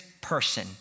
person